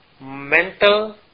mental